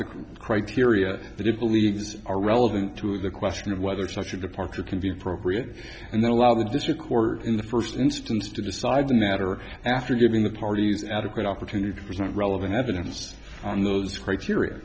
the criteria that it believes are relevant to the question of whether such a departure can be appropriate and then allow the district court in the first instance to decide the matter after giving the party adequate opportunity to present relevant evidence on those criteria